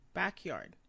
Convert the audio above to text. backyard